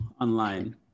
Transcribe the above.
online